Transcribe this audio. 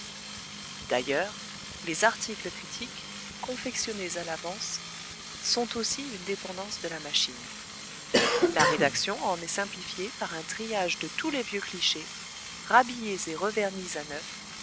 d'ailleurs les articles critiques confectionnés à l'avance sont aussi une dépendance de la machine la rédaction en est simplifiée par un triage de tous les vieux clichés rhabillés et revernis à neuf